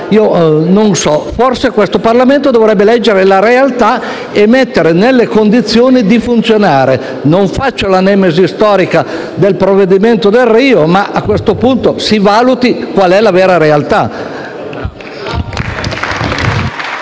Forse il Parlamento dovrebbe leggere queste realtà e metterle nelle condizioni di funzionare. Non faccio la nemesi storica della legge Delrio, ma a questo punto si valuti qual è la realtà